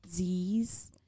Zs